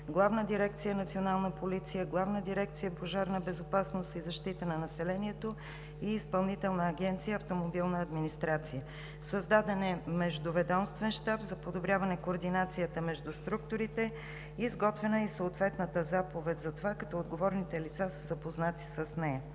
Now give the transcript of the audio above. Главна дирекция „Национална полиция“, Главна дирекция „Пожарна безопасност и защита на населението“ и Изпълнителна агенция „Автомобилна администрация“. Създаден е Междуведомствен щаб за подобряване координацията между структурите. Изготвена е и съответната заповед за това, като отговорните лица са запознати с нея.